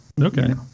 okay